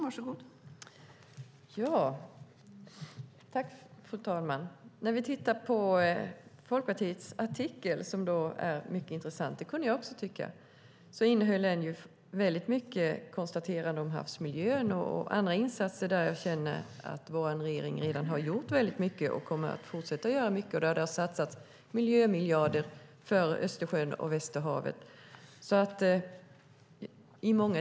Fru talman! Folkpartiets artikel var intressant. Den innehöll mycket om havsmiljön och om andra insatser där vår regering redan har gjort mycket och kommer att fortsätta göra mycket och där man satsat miljömiljarder på Östersjön och Västerhavet.